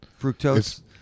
Fructose